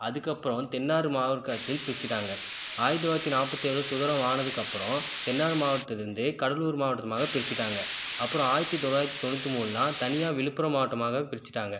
அதுக்கப்புறம் தென்னாடு மாவர்க்கத்தில் பிரிச்சுட்டாங்க ஆயிரத்தி தொள்ளாயிரத்தி நாற்பத்தியேழு சுதந்திரம் வாங்குனதுக்கப்புறம் தென்னாடு மாவட்டத்திலிருந்து கடலூர் மாவட்டமாக பிரிச்சுட்டாங்க அப்புறம் ஆயிரத்தி தொள்ளாயிரத்தி தொண்ணூற்றி மூணுலாம் தனியாக விழுப்புரம் மாவட்டமாக பிரிச்சுட்டாங்க